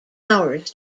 hours